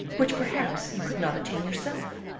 which perhaps you could not attain yourself?